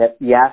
yes